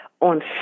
on